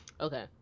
Okay